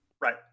Right